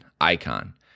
Icon